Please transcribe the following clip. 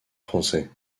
français